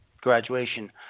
graduation